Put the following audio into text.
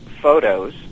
photos